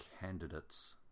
candidates